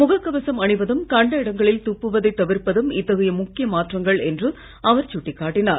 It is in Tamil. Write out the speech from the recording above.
முகக் கவசம் அணிவதும் கண்ட இடங்களில் துப்புவதை தவிர்ப்பதும் இத்தகைய முக்கிய மாற்றங்கள் என்றும் அவர் சுட்டிக் காட்டினார்